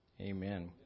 amen